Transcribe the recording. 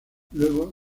luego